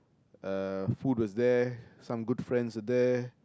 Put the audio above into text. uh food was there some good friends were there